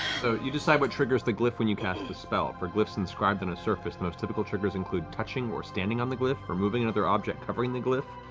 so, you decide what triggers the glyph when you cast the spell. for glyphs inscribed in a surface, the most typical triggers include touching or standing on the glyph, removing another object covering the glyph,